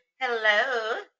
Hello